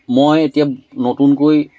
মই এতিয়া নতুনকৈ